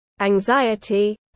anxiety